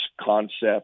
concept